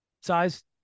size